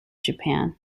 japan